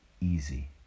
easy